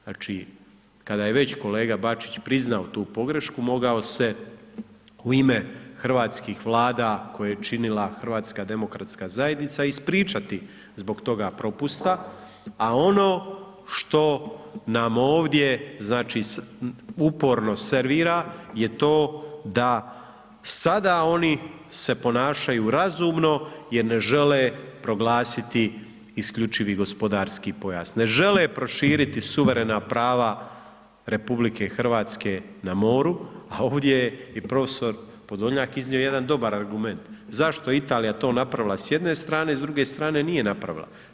Znači, kada je već kolega Bačić priznao tu pogrešku mogao se u ime hrvatskih vlada koje je činila HDZ ispričati zbog toga propusta, a ono što nam ovdje znači uporno servira je to da sada oni se ponašaju razumno jer ne žele proglasiti isključivi gospodarski pojas, ne žele proširiti suverena prava RH na moru, a ovdje je i prof. Podolnjak iznio jedan dobar argument, zašto je Italija to napravila s jedne strane, s druge strane nije napravila?